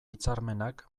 hitzarmenak